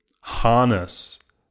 harness